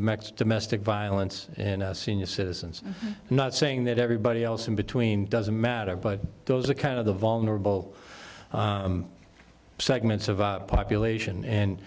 match domestic violence senior citizens not saying that everybody else in between doesn't matter but those are kind of the vulnerable segments of the population and